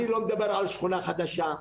אני לא מדבר על שכונה חדשה,